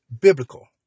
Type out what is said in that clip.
biblical